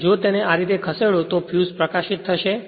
પછી જો તેને આ રીતે ખસેડો તો ફ્યુઝ પ્રકાશિત થશે